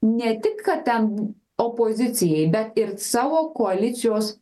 ne tik kad ten opozicijai bet ir savo koalicijos